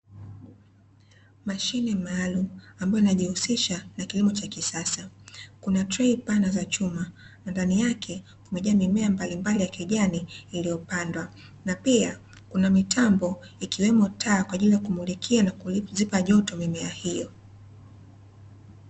Mashine maalumu, ambayo inajihusisha na kilimo cha kisasa, kuna trei pana za chuma, na ndani yake kumejaa mimea mbalimbali ya kijani iliyopandwa. na pia, kuna mitambo, ikiwemo taa, kwa ajili ya kumulikia na kizipa joto mimea hiyo.